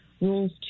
rules